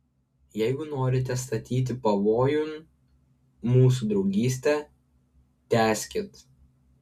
jeigu norite statyti pavojun mūsų draugystę tęskit